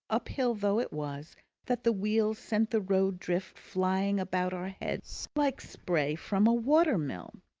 uphill though it was, that the wheels sent the road drift flying about our heads like spray from a water-mill.